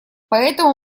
поэтому